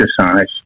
exercise